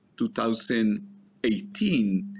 2018